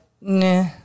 nah